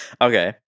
Okay